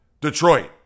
Detroit